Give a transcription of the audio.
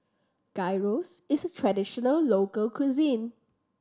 gyros is a traditional local cuisine